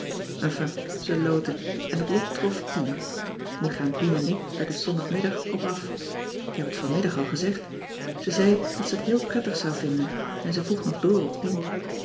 ze lootten en het lot trof pien nu gaan pien en ik er dus zondagmiddag op af k heb het vanmiddag al gezegd ze zei dat ze het heel prettig zou vinden en ze vroeg nog